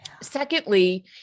Secondly